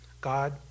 God